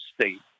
state